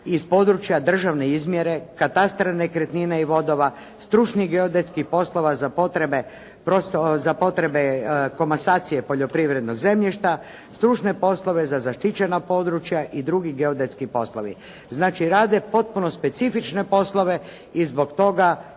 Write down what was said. iz područja državne izmjere, katastra nekretnina i vodova, stručnih geodetskih poslova za potrebe komasacije poljoprivrednog zemljišta, stručne poslove za zaštićena područja i drugi geodetski poslovi. Znači, rade potpuno specifične poslove i zbog toga